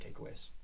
takeaways